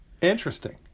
Interesting